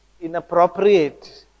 inappropriate